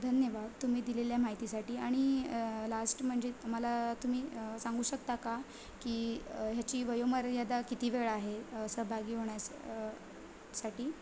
धन्यवाद तुम्ही दिलेल्या माहितीसाठी आणि लास्ट म्हणजे मला तुम्ही सांगू शकता का की ह्याची वयोमर्यादा किती वेळ आहे सहभागी होण्यासाठी